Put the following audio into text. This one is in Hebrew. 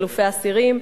חילופי אסירים,